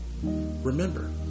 Remember